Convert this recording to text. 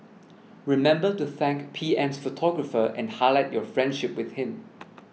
remember to thank P M's photographer and highlight your friendship with him